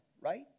right